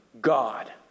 God